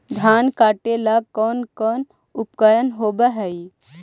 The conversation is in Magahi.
धान काटेला कौन कौन उपकरण होव हइ?